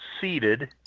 seated